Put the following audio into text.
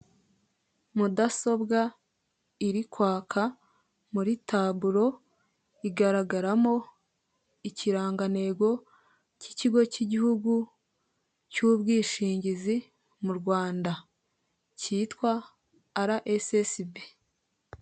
Mudasobwa iri kwaka muri taburo igaragaramo ikirangantego cy'ikigo cy'igihugu cy'ubwishingizi mu Rwanda, cyitwa rssb.